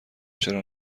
چرا